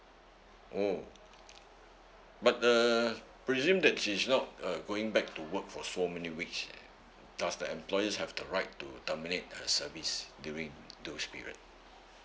orh but uh presume that she's not uh going back to work for so many weeks does the employeer have the right to terminate her service during those period